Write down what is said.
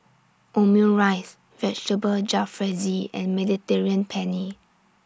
Omurice Vegetable Jalfrezi and Mediterranean Penne